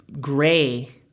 gray